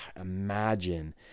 imagine